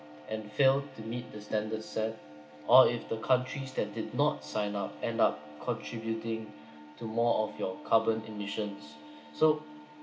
and failed to meet the standards set or if the countries that did not sign up end up contributing to more of your carbon emissions so